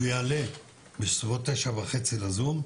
הוא יעלה בסביבות 9:30 לזום.